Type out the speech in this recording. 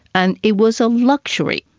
and it was a luxury.